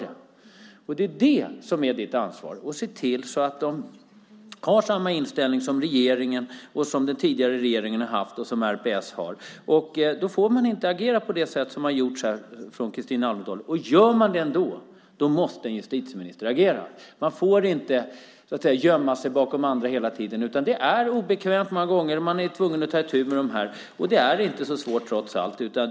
Det är det som är ditt ansvar, att se till att dessa personer har samma inställning som regeringen, som den tidigare regeringen har haft, och som RPS har. Då får man inte agera på det sätt som har gjorts här från Kristina Alvendal. Och om man gör det ändå, så måste en justitieminister agera. Man får inte så att säga gömma sig bakom andra hela tiden. Det är många gånger obekvämt, och man är tvungen att ta itu med detta. Och det är trots allt inte så svårt.